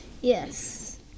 Yes